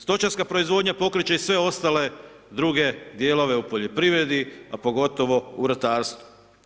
Stočarska proizvodnja pokreće i sve ostale druge dijelove u poljoprivredi a pogotovo u ratarstvu.